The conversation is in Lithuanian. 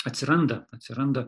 atsiranda atsiranda